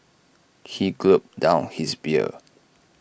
he gulped down his beer